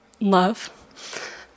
love